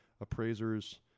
appraisers